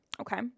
Okay